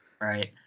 Right